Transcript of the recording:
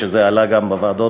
וזה עלה גם בוועדות,